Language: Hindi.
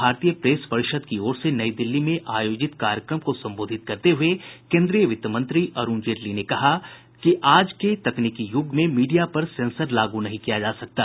भारतीय प्रेस परिषद की ओर से नई दिल्ली में आयोजित कार्यक्रम को संबोधित करते हुए केन्द्रीय वित्त मंत्री अरूण जेटली ने कहा है कि आज के तकनीकी यूग में मीडिया पर सेंसर लागू नहीं किया जा सकता